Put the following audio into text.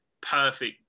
perfect